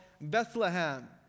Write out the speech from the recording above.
Bethlehem